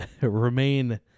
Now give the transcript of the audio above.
remain